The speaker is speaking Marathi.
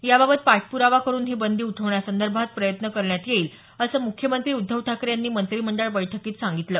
याबाबत पाठप्रावा करून ही बंदी उठवण्यासंदर्भात प्रयत्न करण्यात येईल असं मुख्यमंत्री उद्धव ठाकरे यांनी मंत्रिमंडळ बैठकीत सांगितलं